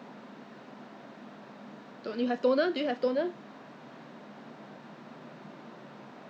应该是有啦应该是有啦 at that time 那时还不用 wear mask mah no need to put on mask so she can see my face directly so she should